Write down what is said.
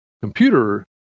computer